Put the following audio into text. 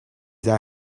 that